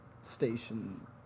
station